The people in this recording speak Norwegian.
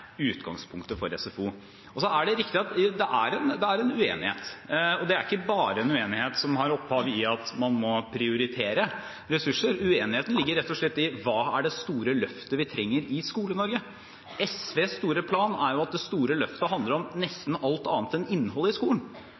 ikke bare en uenighet som har sitt opphav i at man må prioritere ressurser, uenigheten ligger rett og slett i: Hva er det store løftet vi trenger i Skole-Norge? SVs store plan er jo at det store løftet skal handle om nesten alt annet enn innhold i skolen